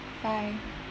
bye